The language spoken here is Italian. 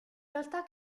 realtà